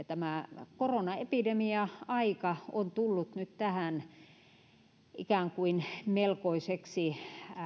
tämä koronaepidemia aika on tullut nyt tähän ikään kuin melkoiseksi